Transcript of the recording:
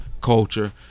culture